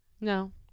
No